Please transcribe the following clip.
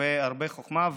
הרבה חוכמה,